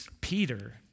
Peter